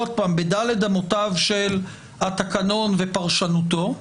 עוד פעם בדלת אמותיו של התקנון ופרשנותו.